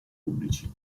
pubblici